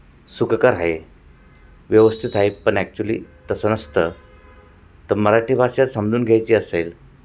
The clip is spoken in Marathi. सुखकर आहे व्यवस्थित आहे पण ॲक्च्युली तसं नसतं तर मराठी भाषा समजून घ्यायची असेल